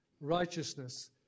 righteousness